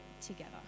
together